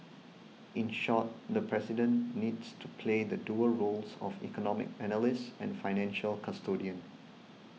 in short the President needs to play the dual roles of economic analyst and financial custodian